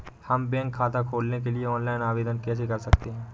हम बैंक खाता खोलने के लिए ऑनलाइन आवेदन कैसे कर सकते हैं?